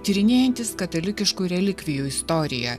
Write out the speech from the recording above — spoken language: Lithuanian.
tyrinėjantis katalikiškų relikvijų istoriją